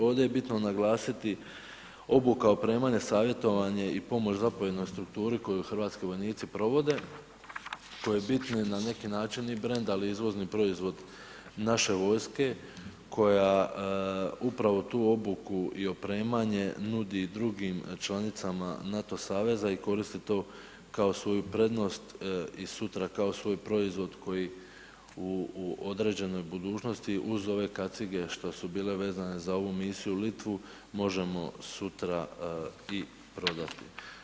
Ovdje je bitno naglasiti obuka, opremanje, savjetovanje i pomoć zapovjednoj strukturi koju hrvatski vojnici provode koji je bitni na neki način i brend, ali izvozni proizvod naše vojske koja upravo tu obuku i opremanje nudi drugim članicama NATO saveza i koristi to kao svoju prednost i sutra kao svoj proizvod koji u određenoj budućnosti uz ove kacige što su bile vezane za ovu misiju Litvu, možemo sutra i prodati.